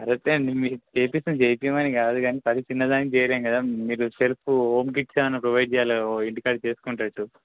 అధైతే అండి మీరు చేయిస్తాం చేయించమని కాదు కానీ ప్రతి చిన్నదానికి చేయలేం కదా మీరు సెల్ఫ్ హోమ్ కిట్స్ ఏమైనా ప్రొవైడ్ చేయాలి ఇంటి కాడ చేసుకునేటట్టు